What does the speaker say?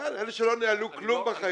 אלה שלא ניהלו כלום בחיים.